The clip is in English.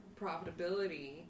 profitability